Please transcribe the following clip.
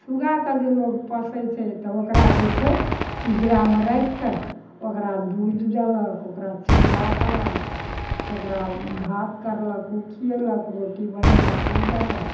सुग्गाके जे लोग पोसै छै तऽ ओकरा जे छै पिंजरामे राखिके ओकरा दूध देलक ओकरा चूरा देलक ओकरा भात करलक उ खियलक रोटी बनेलक उ देलक